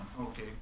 Okay